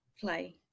play